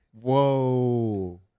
Whoa